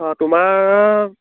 অঁ তোমাৰ